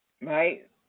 Right